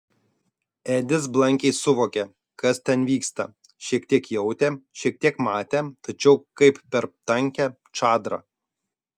edis blankiai suvokė kas ten vyksta šiek tiek jautė šiek tiek matė tačiau kaip per tankią čadrą